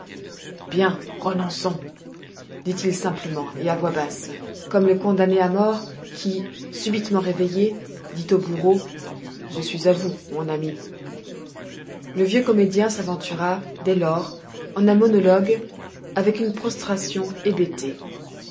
bien renonçons dit-il simplement et à voix basse comme le condamné à mort qui subitement réveillé dit au bourreau je suis à vous mon ami le vieux comédien s'aventura dès lors en un monologue avec une prostration